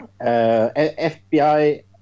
FBI